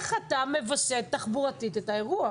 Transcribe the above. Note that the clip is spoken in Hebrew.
איך אתה מווסת תחבורתית את האירוע?